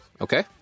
Okay